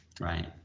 right